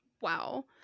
wow